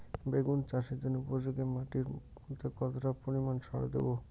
বেগুন চাষের জন্য উপযোগী মাটির মধ্যে কতটা পরিমান সার দেব?